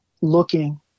looking